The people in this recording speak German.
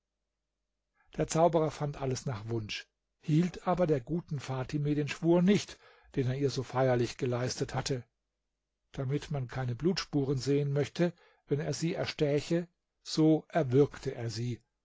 der zauberer fand alles nach wunsch hielt aber der guten fatime den schwur nicht den er ihr so feierlich geleistet hatte damit man keine blutspuren sehen möchte wenn er sie erstäche so erwürgte er sie